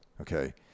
Okay